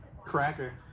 cracker